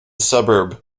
suburb